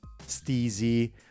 steezy